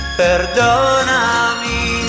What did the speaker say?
perdonami